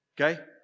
Okay